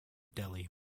delhi